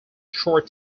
short